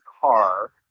car